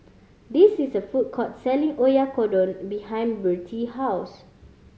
this is a food court selling Oyakodon behind Birtie house